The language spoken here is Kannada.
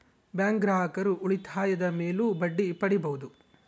ಬ್ಯಾಂಕ್ ಗ್ರಾಹಕರು ಉಳಿತಾಯದ ಮೇಲೂ ಬಡ್ಡಿ ಪಡೀಬಹುದು